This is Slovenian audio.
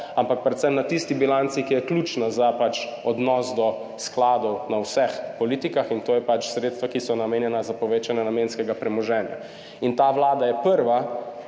ampak predvsem na tisti bilanci, ki je ključna za odnos do skladov na vseh politikah, in to so pač sredstva, ki so namenjena za povečanje namenskega premoženj. In ta vlada je prva,